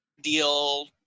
deal